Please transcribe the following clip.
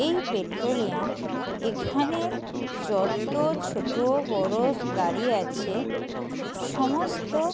এই পেট্রোলিয়াম এখানে যতো ছোটো বড়ো গাড়ি আছে সমস্ত